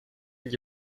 gli